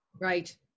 Right